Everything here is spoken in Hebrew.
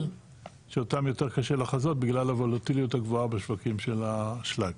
שאותם יותר קשה לחזות בגלל התנודתיות הגבוהה בשווקים של האשלג.